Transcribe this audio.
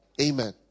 Amen